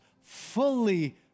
fully